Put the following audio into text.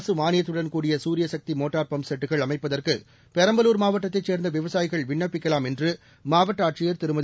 அரசு மாளியத்துடன் கூடிய சூரிய சக்தி மோட்டார் பம்ப் செட் கள் அமைப்பதற்கு பெரம்பலூர் மாவட்டத்தைச் சேர்ந்த விவசாயிகள் விண்ணப்பிக்கலாம் என்று மாவட்ட ஆட்சியர் திருமதி